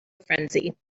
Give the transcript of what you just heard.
frenzy